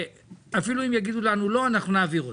ואפילו אם יגידו לנו לא, אנחנו נעביר אותם.